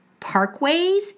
parkways